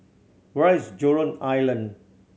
where is Jurong Island